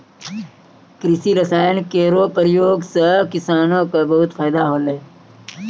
कृषि रसायन केरो प्रयोग सँ किसानो क बहुत फैदा होलै